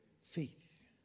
Faith